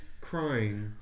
crying